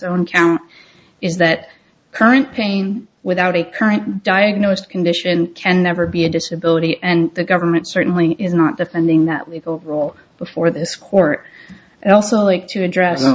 own count is that current pain without a current diagnosed condition can never be a disability and the government certainly is not defending that lethal role before this court and also like to address